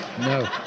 No